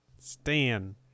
stan